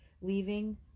leaving